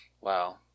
Wow